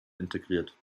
integriert